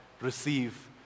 receive